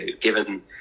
given